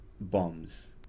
bombs